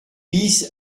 bis